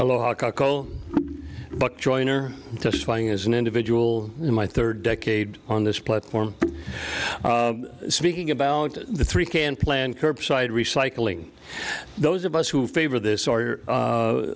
lot but joyner testifying as an individual in my third decade on this platform speaking about the three can plan curbside recycling those of us who favor this or